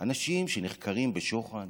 אנשים שנחקרים בשוחד,